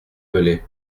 velay